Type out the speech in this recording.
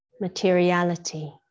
materiality